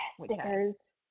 stickers